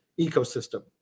ecosystem